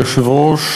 אדוני היושב-ראש,